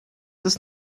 ist